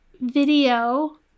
video